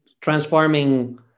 transforming